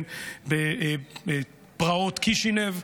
בפרעות קישינב,